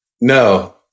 No